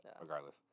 Regardless